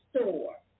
store